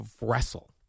wrestle